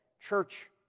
church